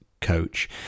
coach